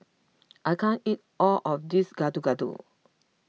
I can't eat all of this Gado Gado